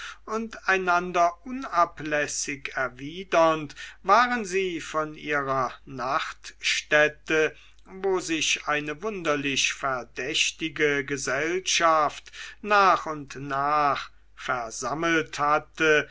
und einander unablässig erwidernd waren sie von ihrer nachtstätte wo sich eine wunderlich verdächtige gesellschaft nach und nach versammelt hatte